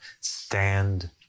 stand